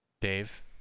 Dave